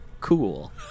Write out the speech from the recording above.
cool